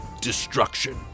destruction